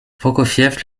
prokofiev